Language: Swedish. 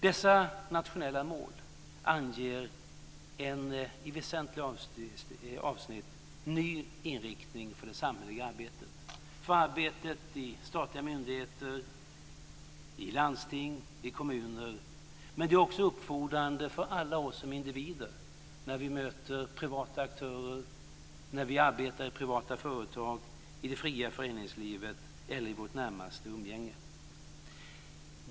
Dessa nationella mål anger en i väsentliga avsnitt ny inriktning för det samhälleliga arbetet, för arbetet i statliga myndigheter, i landsting och i kommuner, men det är också uppfordrande för alla oss som individer när vi möter privata aktörer, när vi arbetar i privata företag eller i det fria föreningslivet och i vårt närmaste umgänge.